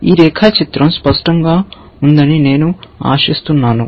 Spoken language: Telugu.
కాబట్టి ఈ రేఖాచిత్రం స్పష్టంగా ఉందని నేను ఆశిస్తున్నాను